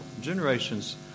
Generations